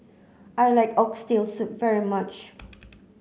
I like oxtail soup very much